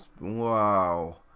wow